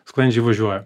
sklandžiai važiuoja